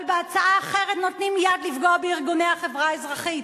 אבל בהצעה אחרת נותנים יד לפגוע בארגוני החברה האזרחית.